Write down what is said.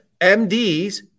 MDs